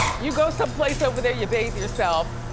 you go some place over there, you bathe yourself,